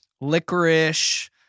licorice